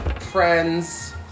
friends